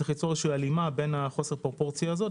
צריך ליצור הלימה בחוסר הפרופורציה הזו,